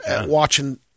watching